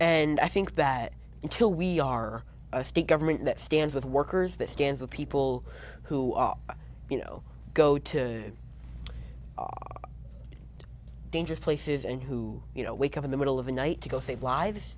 and i think that until we are a state government that stands with workers that scans of people who you know go to dangerous places and who you know wake up in the middle of the night to go save lives